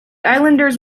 islanders